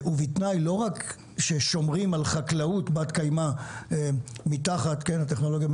ולא רק בתנאי שנשמור על חקלאות בת קיימא מתחת לטכנולוגיה,